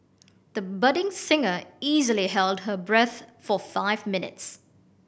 the budding singer easily held her breath for five minutes